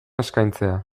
eskaintzea